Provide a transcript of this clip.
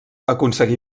aconseguí